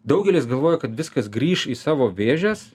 daugelis galvoja kad viskas grįš į savo vėžes